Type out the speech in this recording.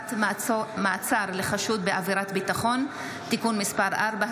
(הארכת מעצר לחשוד בעבירת ביטחון) (תיקון מס' 4),